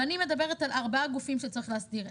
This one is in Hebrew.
אני מדברת על ארבעה גופים שצריך להסדיר.